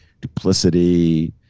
duplicity